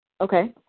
Okay